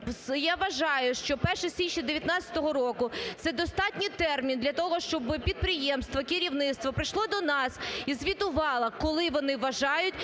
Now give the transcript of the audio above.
Я вважаю, що 1 січня 2019 року – це достатній термін для того, щоб підприємство, керівництво прийшло до нас і звітувало, коли вони вважають